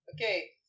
Okay